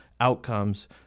outcomes